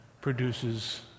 produces